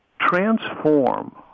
transform